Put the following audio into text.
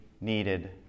needed